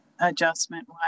adjustment